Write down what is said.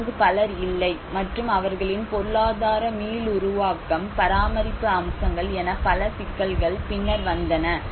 அங்கு பலர் இல்லை மற்றும் அவர்களின் பொருளாதார மீளுருவாக்கம் பராமரிப்பு அம்சங்கள் என பல சிக்கல்கள் பின்னர் வந்தன